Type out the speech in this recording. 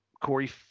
Corey